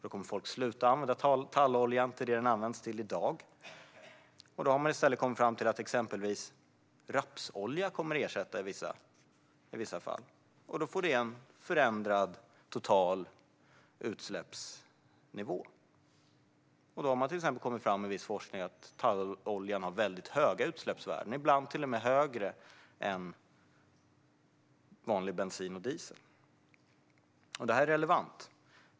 Då kommer folk att sluta använda tallolja till det som den används till i dag. Man har kommit fram till att exempelvis rapsolja kommer att ersätta i vissa fall. Då blir det en förändrad total utsläppsnivå. Man har till exempel i viss forskning kommit fram till att talloljan har väldigt höga utsläppsvärden, ibland till och med högre än vanlig bensin och diesel. Detta är relevant.